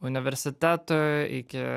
universitetų iki